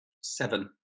Seven